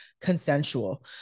consensual